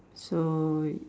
so wait